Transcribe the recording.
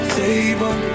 table